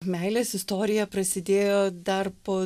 meilės istorija prasidėjo dar po